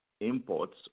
imports